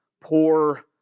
poor